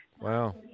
Wow